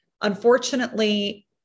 Unfortunately